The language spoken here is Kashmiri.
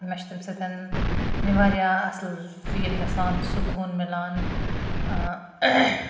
مےٚ چھُ تمہِ سۭتۍ واریاہ اَصل فیٖل گَژھان سکوٗن مِلان